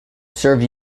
serve